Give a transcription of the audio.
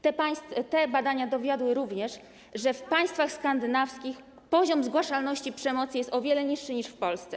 Te badania dowiodły również, że w państwach skandynawskich poziom zgłaszalności przemocy jest o wiele niższy niż w Polsce.